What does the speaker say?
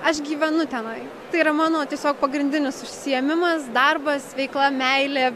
aš gyvenu tenai tai yra mano tiesiog pagrindinis užsiėmimas darbas veikla meilė